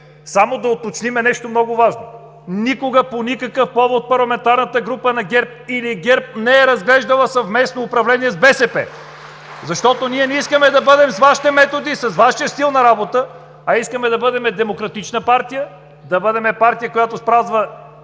Само да уточним нещо много важно – никога, по никакъв повод Парламентарната група на ГЕРБ или ГЕРБ не е разглеждала съвместно управление с БСП (ръкопляскания от ГЕРБ), защото ние не искаме да бъдем с Вашите методи и с вашия стил на работа, а искаме да бъдем демократична партия, да бъдем партия, която спазва